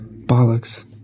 Bollocks